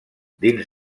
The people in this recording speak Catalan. dins